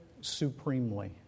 supremely